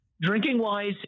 Drinking-wise